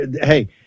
Hey